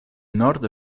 nord